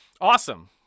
Awesome